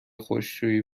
خشکشویی